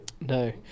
No